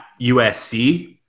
USC